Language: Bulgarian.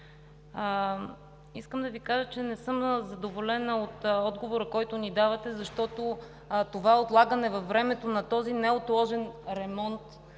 искам да Ви кажа, че не съм задоволена от отговора, който ни давате, защото отлагането във времето на този неотложен ремонт,